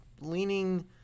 leaning